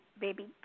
baby